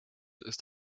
ist